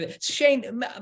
Shane